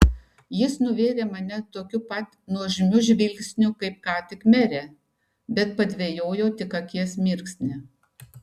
jis nuvėrė mane tokiu pat nuožmiu žvilgsniu kaip ką tik merę bet padvejojo tik akies mirksnį